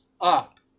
up